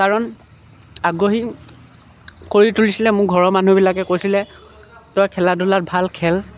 কাৰণ আগ্ৰহী কৰি তুলিছিলে মোৰ ঘৰৰ মানুহবিলাকে কৈছিলে তই খেলা ধূলাত ভাল খেল